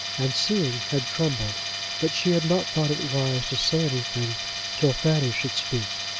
and seeing, had trembled but she had not thought it wise to say anything till fanny should speak.